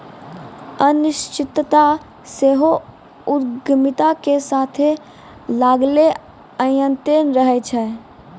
अनिश्चितता सेहो उद्यमिता के साथे लागले अयतें रहै छै